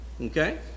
Okay